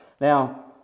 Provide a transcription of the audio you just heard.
Now